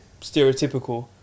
stereotypical